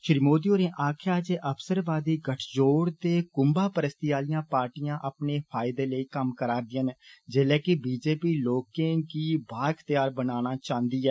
श्री मोदी होरें आक्खेआ जे अवसरवादी गठजोड़ ते कुंवा परस्ती आहलियां पार्टियां अपने फायदे लेई कम्म करै करदियां न जेल्लै के बी जे पी लोके गी बाइख्तयार बनाना चाहदी ऐ